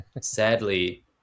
sadly